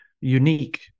unique